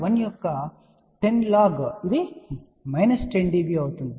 1 యొక్క 10 log ఇది minus 10 dB అవుతుంది